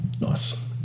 nice